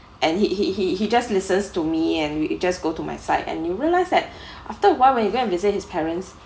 and he he he he just listened to me and just go to my side and you realize that after while when you go and visit his parents